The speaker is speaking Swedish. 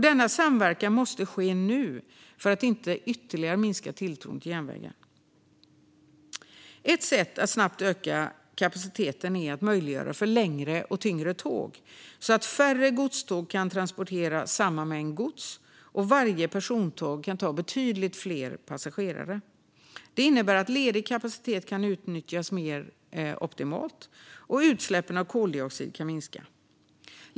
Denna samverkan måste ske nu för att tilltron till järnvägen inte ytterligare ska minska. Ett sätt att snabbt öka kapaciteten är att möjliggöra för längre och tyngre tåg, så att färre godståg kan transportera samma mängd gods och så att varje persontåg kan ta betydligt fler passagerare. Det innebär att ledig kapacitet kan utnyttjas optimalt, och utsläppen av koldioxid kan minska.